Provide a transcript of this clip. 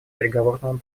переговорному